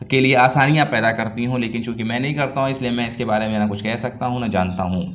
کے لیے آسانیاں پیدا کرتی ہوں لیکن چوں کہ میں نہیں کرتا ہوں اِس لیے میں اِس کے بارے میں نہ کچھ کہہ سکتا ہوں نہ جانتا ہوں